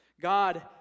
God